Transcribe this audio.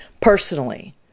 Personally